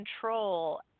control